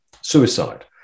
suicide